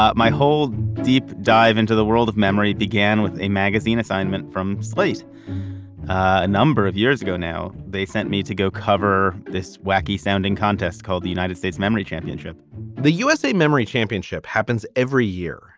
ah my hold deep dive into the world of memory began with a magazine assignment from slate a number of years ago now. they sent me to go cover this wacky sounding contest called the united states memory championship the usa memory championship happens every year